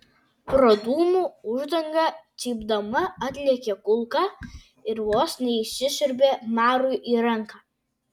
pro dūmų uždangą cypdama atlėkė kulka ir vos neįsisiurbė marui į ranką